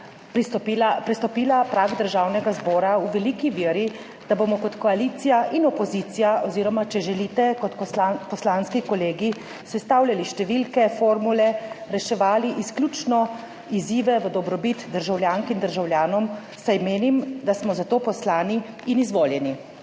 prestopila prag Državnega zbora v veliki veri, da bomo kot koalicija in opozicija oziroma, če želite, kot poslanski kolegi sestavljali številke, formule, reševali izključno izzive v dobrobit državljank in državljanov, saj menim, da smo za to poslani in izvoljeni.